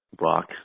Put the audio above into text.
rock